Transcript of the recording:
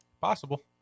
Possible